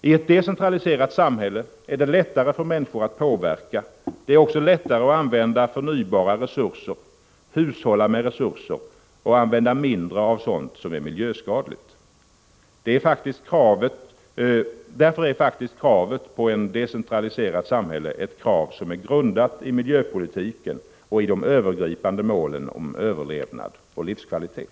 I ett decentraliserat samhälle är det lättare för människor att påverka, det är också lättare att använda förnybara resurser, hushålla med resurser och använda mindre av sådant som är miljöskadligt. Därför är faktiskt kravet på ett decentraliserat samhälle ett krav som är grundat i miljöpolitiken och i de övergripande målen om överlevnad och livskvalitet.